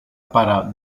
para